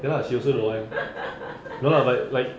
ya lah she also don't want no lah but like